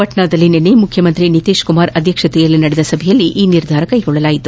ಪಟ್ನಾದಲ್ಲಿ ನಿನ್ನೆ ಮುಖ್ಯಮಂತ್ರಿ ನಿತೀಶ್ ಕುಮಾರ್ ಅಧ್ಯಕ್ಷತೆಯಲ್ಲಿ ನಡೆದ ಸಭೆಯಲ್ಲಿ ಈ ನಿರ್ಧಾರ ಕೈಗೊಳ್ಳಲಾಗಿದೆ